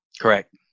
Correct